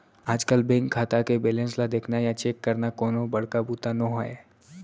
आजकल बेंक खाता के बेलेंस ल देखना या चेक करना कोनो बड़का बूता नो हैय